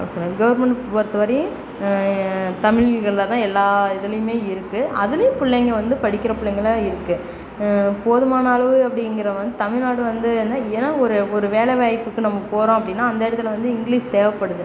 அப்படி சொல்கிறாங்க கவர்மெண்ட்டு பொறுத்தவரையும் தமிழ்கள்ல தான் எல்லா இதுலேயுமே இருக்குது அதுலேயும் பிள்ளைங்க வந்து படிக்கிற பிள்ளைங்கள்லாம் இருக்குது போதுமான அளவு அப்படிங்கறவங்க தமிழ்நாடு வந்து என்ன ஏன் ஒரு ஒரு வேலைவாய்ப்புக்கு நம்ம போகிறோம் அப்படின்னா அந்த இடத்துல வந்து இங்கிலிஸ் தேவைப்படுது